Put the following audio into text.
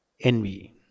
envy